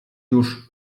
już